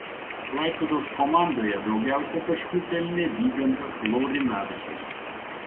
klaipėdos komandoje daugiausiai taškų pelnė vygantas laurinavičius